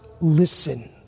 listen